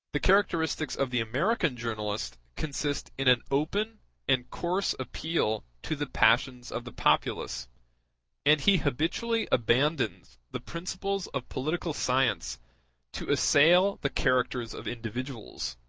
the characteristics of the american journalist consist in an open and coarse appeal to the passions of the populace and he habitually abandons the principles of political science to assail the characters of individuals,